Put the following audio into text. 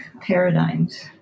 paradigms